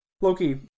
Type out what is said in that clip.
Loki